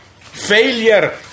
failure